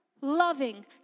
loving